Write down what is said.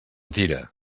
tira